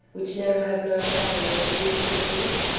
which now have no power of pro ducing fruit?